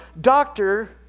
doctor